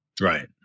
Right